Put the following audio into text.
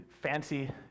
fancy